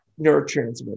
neurotransmitter